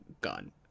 gun